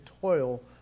toil